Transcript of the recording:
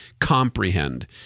comprehend